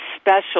special